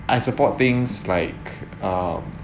I support things like um